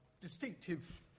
distinctive